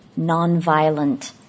nonviolent